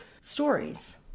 stories